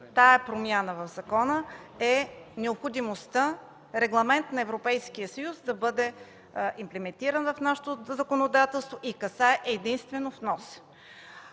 тази промяна в закона е необходимостта регламент на Европейския съюз да бъде имплементиран в нашето законодателство и касае единствено вноса.